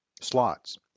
slots